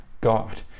God